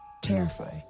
terrify